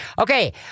Okay